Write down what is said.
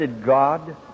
God